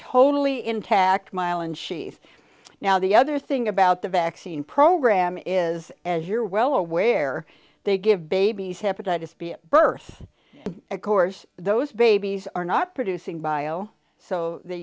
totally intact mylan she's now the other thing about the vaccine program is as you're well aware they give babies hepatitis b at birth of course those babies are not producing bio so they